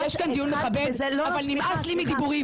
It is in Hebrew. יש כאן דיון מכבד אבל נמאס לי מדיבורים.